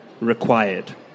required